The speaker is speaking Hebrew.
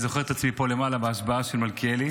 זוכר את עצמי פה למעלה בהשבעה של מלכיאלי,